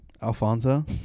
Alfonso